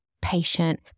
patient